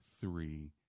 three